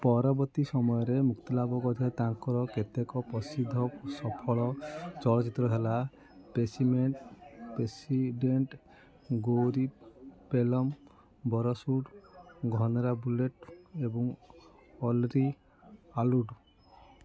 ପରବର୍ତ୍ତୀ ସମୟରେ ମୁକ୍ତିଲାଭ କରିଥିବା ତାଙ୍କର କେତେକ ପ୍ରସିଦ୍ଧ ସଫଳ ଚଳଚ୍ଚିତ୍ର ହେଲା ପେସିମେଣ୍ଟ ପ୍ରେସିଡ଼େଣ୍ଟ୍ ଗୈରି ପେଲ୍ଲମ ବରସୁଡ଼୍ ଘନେରା ବୁଲେଟ୍ ଏବଂ ଅଲ୍ଲରୀ ଆଲ୍ଲୁଡ଼